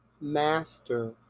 master